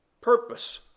purpose